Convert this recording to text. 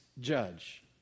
judge